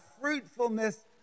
fruitfulness